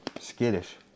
skittish